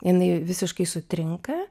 jinai visiškai sutrinka